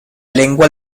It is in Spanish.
lengua